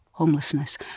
homelessness